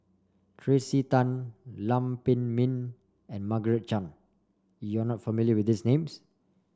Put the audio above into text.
Tracey Tan Lam Pin Min and Margaret Chan you are not familiar with these names